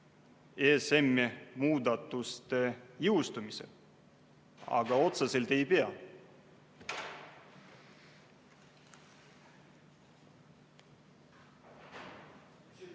ESM-i muudatuste jõustumisel, aga otseselt ei pea